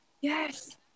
Yes